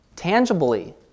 tangibly